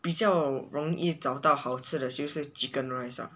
比较容易找到好吃的就是 chicken rice ah